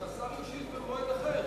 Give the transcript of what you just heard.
נראה לי שיש אפשרות שהשר ישיב במועד אחר.